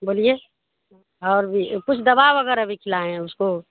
بولیے اور بھی کچھ دوا وغیرہ بھی کھلائے ہیں اس کو